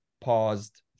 paused